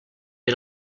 era